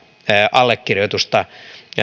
allekirjoitusta